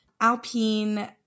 Alpine